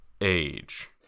age